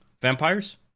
vampires